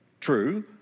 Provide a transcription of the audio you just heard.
true